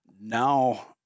Now